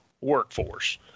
workforce